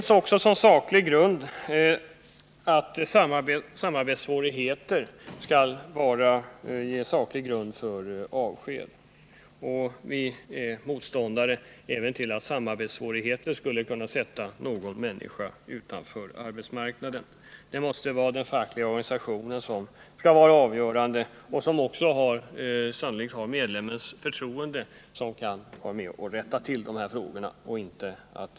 Samarbetssvårigheter utgör saklig grund för avsked. Vi är motståndare även till att samarbetssvårigheter skall kunna sätta någon människa utanför arbetsmarknaden. Det måste vara den fackliga organisationen, som sannolikt har medlemmens förtroende, som skall ha avgörandet när det gäller att rätta till dessa saker.